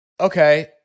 Okay